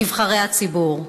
נבחרי הציבור.